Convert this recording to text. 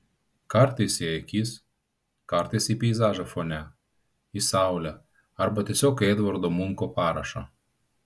kartais į akis kartais į peizažą fone į saulę arba tiesiog į edvardo munko parašą